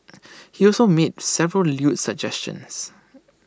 he also made several lewd suggestions